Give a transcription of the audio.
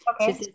Okay